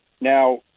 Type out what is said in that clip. Now